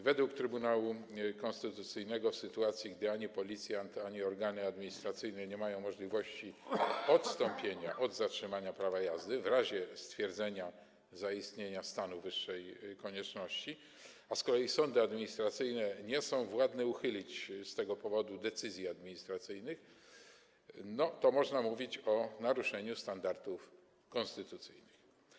Według Trybunału Konstytucyjnego w sytuacji, gdy ani policjant, ani organy administracyjne nie mają możliwości odstąpienia od zatrzymania prawa jazdy w razie stwierdzenia zaistnienia stanu wyższej konieczności, a z kolei sądy administracyjne nie są władne uchylić z tego powodu decyzji administracyjnych, można mówić o naruszeniu standardów konstytucyjnych.